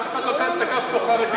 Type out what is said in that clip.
אף אחד לא תקף פה חרדים.